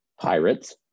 Pirates